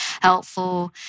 helpful